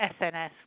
SNS